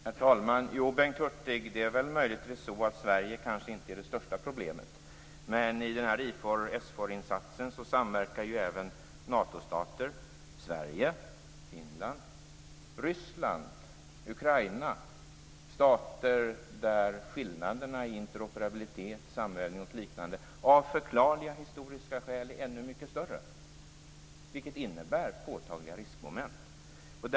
Herr talman! Det är väl möjligtvis så, Bengt Hurtig, att Sverige inte är det största problemet. Men i IFOR/SFOR-insatsen samverkar även Natostater, Sverige, Finland, Ryssland och Ukraina. Det är stater där skillnaderna i interoperabilitet, samövning och liknande av förklarliga, historiska skäl är ännu mycket större. Det innebär påtagliga riskmoment.